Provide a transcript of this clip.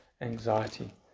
anxiety